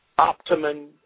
optimum